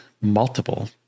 multiple